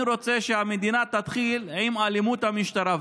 אני רוצה שהמדינה תתחיל עם אלימות המשטרה.